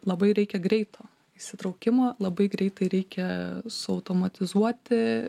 labai reikia greito įsitraukimo labai greitai reikia suautomatizuoti